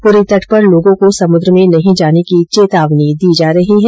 पुरी तट पर लोगों को समुद्र में नहीं जाने की चेतावनी दी जा रही है